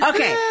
Okay